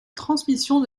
transmission